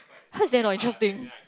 how is that not interesting